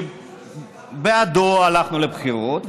שבגללו הלכנו לבחירות,